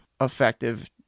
effective